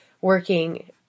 working